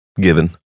given